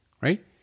Right